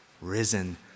risen